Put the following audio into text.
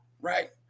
right